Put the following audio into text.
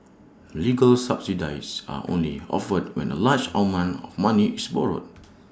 legal subsidies are only offered when A large amount of money is borrowed